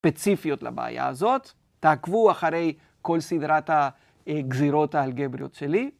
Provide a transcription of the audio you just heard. ספציפיות לבעיה הזאת. תעקבו אחרי כל סדרת הגזירות האלגבריות שלי.